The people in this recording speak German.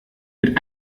mit